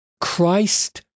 Christ